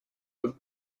with